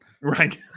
right